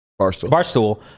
barstool